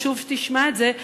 חשוב שתשמע את זה,